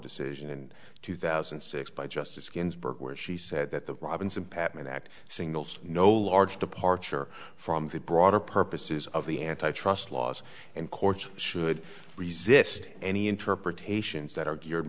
decision in two thousand and six by justice ginsburg where she said that the robinson patman act singles no large departure from the broader purposes of the antitrust laws and courts should resist any interpretations that are geared